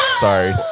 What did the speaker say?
Sorry